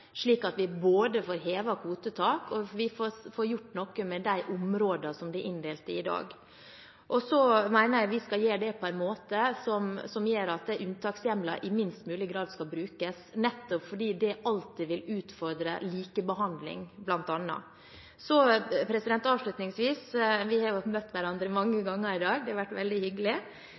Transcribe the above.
slik at vi både får hevet kvotetak og får gjort noe med områdene det er inndelt i i dag. Jeg mener vi skal gjøre det på en måte som gjør at unntakshjemler i minst mulig grad skal brukes, nettopp fordi det alltid vil utfordre bl.a. likebehandling. Avslutningsvis: Vi har møtt hverandre mange ganger i dag, det har vært veldig hyggelig.